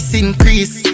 increase